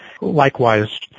Likewise